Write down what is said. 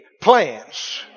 plans